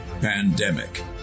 Pandemic